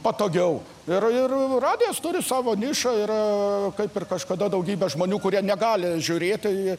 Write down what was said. patogiau ir ir radijas turi savo nišą yra kaip ir kažkada daugybė žmonių kurie negali žiūrėti